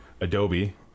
Adobe